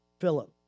Philip